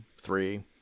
three